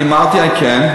אני אמרתי, כן.